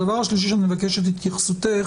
הדבר השלישי שאני מבקש את התייחסותך